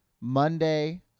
monday